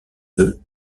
veut